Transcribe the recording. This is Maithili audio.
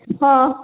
हँ